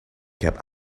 kept